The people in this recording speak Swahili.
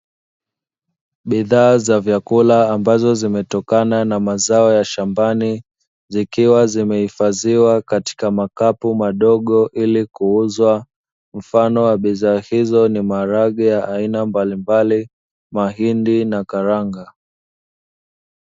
Bidhaa za chakula ambazo zimetokana na mazao ya shambani zikiwa zimehifadhiwa katika makapu madogo ili kuuzwa. Mfano wa bidhaa hizo ni maharage ya aina mbalimbali, mahindi na karanga.